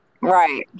Right